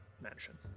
mansion